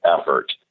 effort